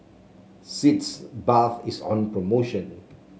Sitz Bath is on promotion